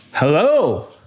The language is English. Hello